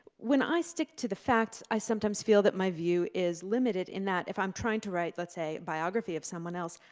when i stick to the facts, i sometimes feel that my view is limited, in that if i'm trying to write, let's say, a biography of someone else,